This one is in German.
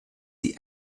die